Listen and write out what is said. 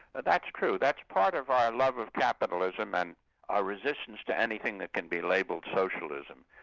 that's true. that's part of our love of capitalism and our resistance to anything that can be labelled socialism.